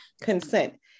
Consent